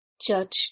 Judge